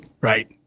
Right